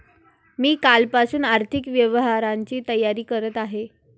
मी कालपासून आर्थिक व्यवहारांची तयारी करत आहे